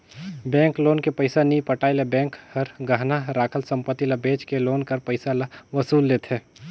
bank loan के पइसा नी पटाए ले बेंक हर गहना राखल संपत्ति ल बेंच के लोन कर पइसा ल वसूल लेथे